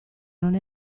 non